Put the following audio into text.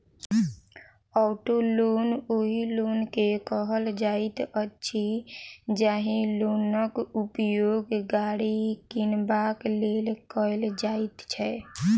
auto loan ओहि loan के कहल जाइत अछि, जाहि लोनक उपयोग गाड़ी किनबाक लेल कयल जाइत छै